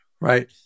Right